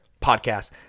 Podcast